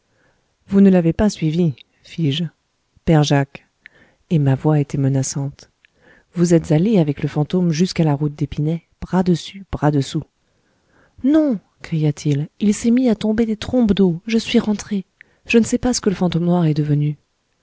vous ne l'avez pas suivi fis-je père jacques et ma voix était menaçante vous êtes allé avec le fantôme jusqu'à la route d'épinay bras dessus bras dessous non cria-t-il il s'est mis à tomber des trombes d'eau je suis rentré je ne sais pas ce que le fantôme noir est devenu